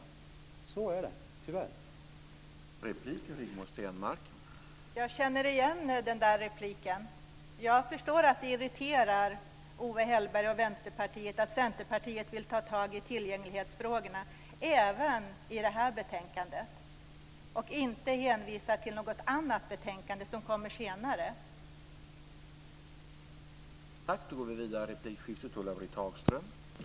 Så är det tyvärr.